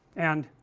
and